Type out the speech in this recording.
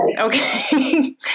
Okay